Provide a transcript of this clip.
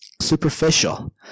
superficial